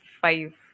five